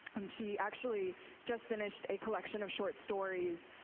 and she actually just finished a collection of short stories,